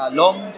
long